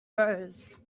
rose